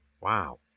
wow